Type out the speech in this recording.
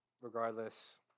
regardless